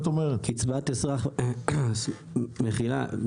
אני לא יודע כי זה הייתי אני.